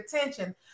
attention